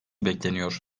bekleniyor